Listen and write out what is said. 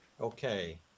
Okay